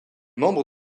membre